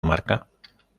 marca